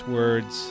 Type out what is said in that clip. words